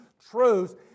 truths